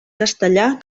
castellà